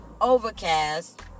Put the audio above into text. Overcast